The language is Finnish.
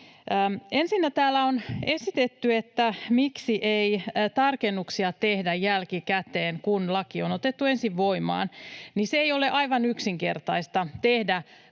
Ensinnä täällä on esitetty, että miksi ei tehdä tarkennuksia jälkikäteen, kun laki on otettu ensin voimaan. Ei ole aivan yksinkertaista tehdä